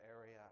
area